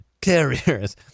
Carriers